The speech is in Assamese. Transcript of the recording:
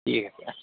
ঠিক আছে